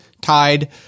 tied